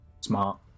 Smart